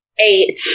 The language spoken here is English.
eight